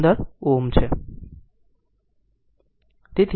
615 Ω છે